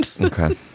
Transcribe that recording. Okay